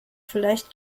vielleicht